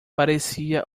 parecia